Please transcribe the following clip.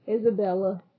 Isabella